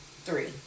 Three